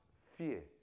fear